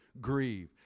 grieve